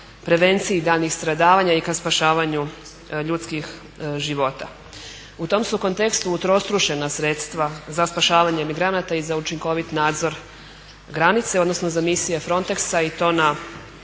prevenciji daljnjih stradavanja i ka spašavanju ljudskih života. U tom su kontekstu utrostručena sredstva za spašavanje emigranata i za učinkovit nadzor granice, odnosno za misije Frontexa i to na